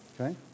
Okay